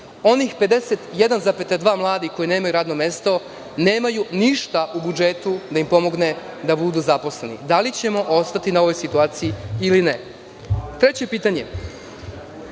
RS 51,2% mladih koji nemaju radno mesto nemaju ništa u budžetu da im pomogne da budu zaposleni. Da li ćemo ostati na ovoj situaciji ili ne? Treće pitanje,